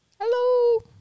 Hello